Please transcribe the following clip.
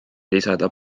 lisada